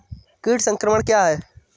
कीट संक्रमण क्या है?